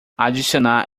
adicionar